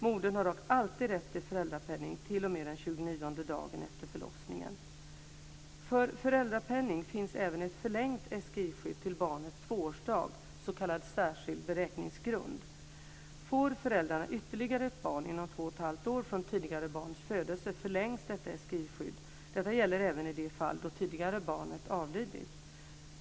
Modern har dock alltid rätt till föräldrapenning till och med den tjugonionde dagen efter förlossningen. Detta gäller även i de fall det tidigare barnet avlidit.